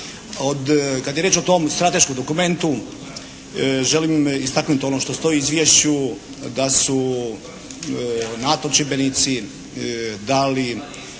Kada je riječ o tom strateškom dokumentu želim istaknuti ono što stoji u izvješću da su NATO čimbenici dali